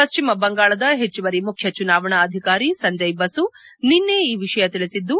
ಪಶ್ಚಿಮ ಬಂಗಾಳದ ಹೆಚ್ಚುವರಿ ಮುಖ್ಯ ಚುನಾವಣಾ ಅಧಿಕಾರಿ ಸಂಜಯ್ ಬಸು ನಿನ್ನೆ ಈ ವಿಷಯ ತಿಳಿಸಿದ್ದು